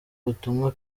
ubutumwa